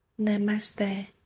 Namaste